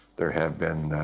there have been